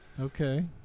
Okay